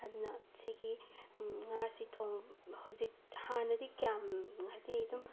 ꯑꯗꯨꯅ ꯁꯤꯒꯤ ꯉꯥꯁꯤ ꯊꯣꯡ ꯍꯧꯖꯤꯛ ꯍꯥꯟꯅꯗꯤ ꯀꯌꯥꯝ ꯍꯥꯏꯗꯤ ꯑꯗꯨꯝ